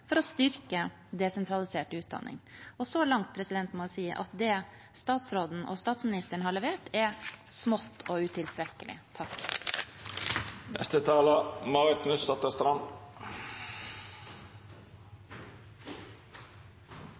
for å styrke desentralisert utdanning. Og så langt må jeg si at det statsråden og statsministeren har levert, er smått og utilstrekkelig.